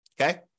okay